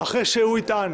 אחרי שהוא יטען